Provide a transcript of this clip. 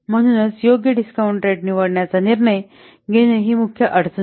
म्हणूनच योग्य discount rate निवडण्याचा निर्णय घेणे ही मुख्य अडचण होती